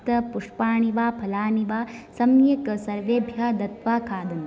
पुष्पाणि वा फलानि वा सम्यक् सर्वेभ्यः दत्वा खाद्